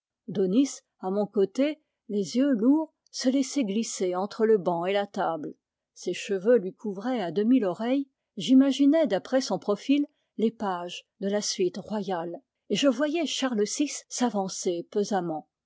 daunis à mon côté les yeux lourds se laissait glisser entre le banc et la table ses cheveux lui couvraient à demi l'oreille j'imaginais d'après son profil les pages de la suite royale et je voyais charles vi s'avancer pesamment